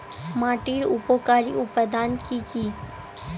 মাটির উপকারী উপাদান কি কি?